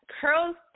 curls